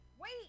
Wait